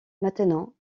maintenant